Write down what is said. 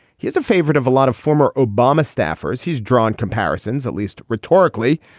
he is a favorite of a lot of former obama staffers. he's drawn comparisons, at least rhetorically,